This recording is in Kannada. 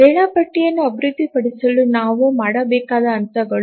ವೇಳಾಪಟ್ಟಿಯನ್ನು ಅಭಿವೃದ್ಧಿಪಡಿಸಲು ನಾವು ಮಾಡಬೇಕಾದ ಹಂತಗಳು